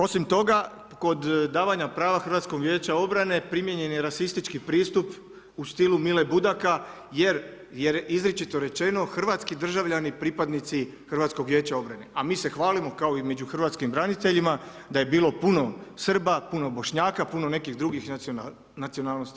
Osim toga, kod davanja prava HVO-a, primijenjen je rasistički pristup u stilu Mile Budaka jer je izričito rečeno hrvatski državljani, pripadnici HVO-a, a mi se hvalimo kao i među hrvatskim braniteljima da je bilo puno Srba, puno Bošnjaka, puno nekih drugih nacionalnosti.